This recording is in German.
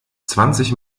zwanzig